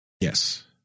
Yes